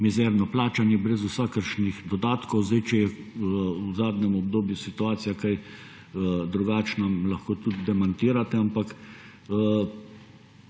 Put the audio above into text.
mizerno plačani brez vsakršnih dodatkov. Če je v zadnjem obdobju situacija kaj drugačna, me lahko tudi demantirate, ampak